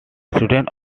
students